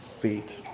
feet